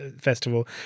Festival